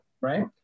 right